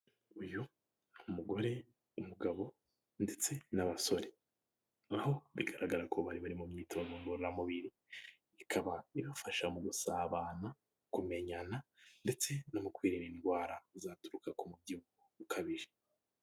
Uyu ni umugore, umugabo ndetse n'abasore naho bigaragara ko bari bari mu myitozo ngororamubiri ikaba ibafasha mu gusabana kumenyana ndetse no mu kwirinda indwara zaturuka ku mubyibuho ukabije.